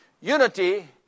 Unity